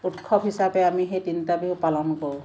উৎসৱ হিচাপে আমি সেই তিনিটা বিহু পালন কৰোঁ